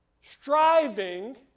Striving